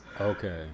Okay